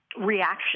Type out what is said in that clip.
reaction